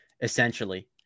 essentially